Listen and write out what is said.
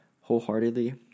wholeheartedly